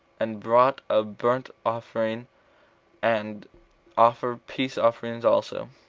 and brought a burnt-offering, and offered peace-offerings also.